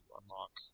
unlock